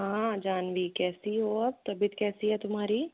हाँ जान्हवी कैसी हो अब तबियत कैसी है तुम्हारी